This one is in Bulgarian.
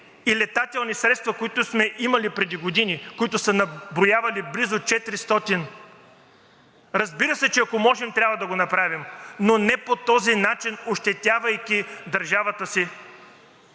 и летателни средства, които сме имали преди години, които са наброявали близо 400. Разбира се, че ако можем, трябва да го направим, но не по този начин, ощетявайки държавата си.